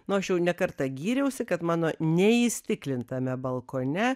nu aš jau ne kartą gyriausi kad mano neįstiklintame balkone